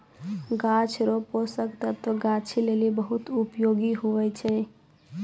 गाछ रो पोषक तत्व गाछी लेली बहुत उपयोगी हुवै छै